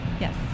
Yes